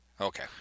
Okay